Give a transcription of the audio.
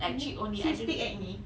mmhmm cystic acne